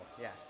Yes